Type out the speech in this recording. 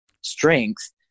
strength